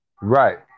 Right